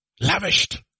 Lavished